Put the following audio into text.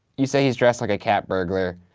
you say he's dressed like a cat burglar.